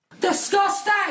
Disgusting